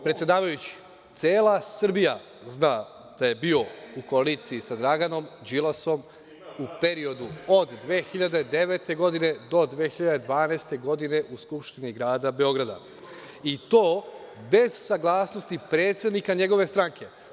Predsedavajući, cela Srbija zna da je bio u koaliciji sa Draganom Đilasom u periodu od 2009. godine do 2012. godine u Skupštini grada Beograda, i to bez saglasnosti predsednika njegove stranke.